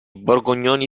borgognoni